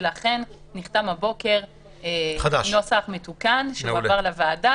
ולכן נחתם הבוקר נוסח מתוקן שהועבר לוועדה,